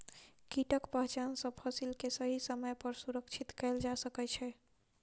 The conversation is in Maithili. कीटक पहचान सॅ फसिल के सही समय पर सुरक्षित कयल जा सकै छै